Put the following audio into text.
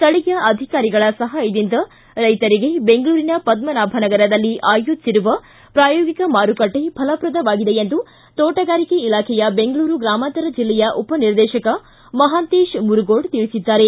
ಸ್ವಳೀಯ ಅಧಿಕಾರಿಗಳ ಸಹಾಯದಿಂದ ರೈಶರಿಗೆ ಬೆಂಗಳೂರಿನ ಪದ್ಮನಾಭನಗರದಲ್ಲಿ ಆಯೋಜಿಸಿರುವ ಪ್ರಾಯೋಗಿಕ ಮಾರುಕಟ್ಷೆ ಫಲಪ್ರದವಾಗಿದೆ ಎಂದು ತೋಟಗಾರಿಕೆ ಇಲಾಖೆಯ ಬೆಂಗಳೂರು ಗ್ರಾಮಾಂತರ ಜಿಲ್ಲೆಯ ಉಪ ನಿರ್ದೇಶಕ ಮಹಾಂತೇಶ್ ಮುರುಗೋಡ್ ತಿಳಿಸಿದ್ದಾರೆ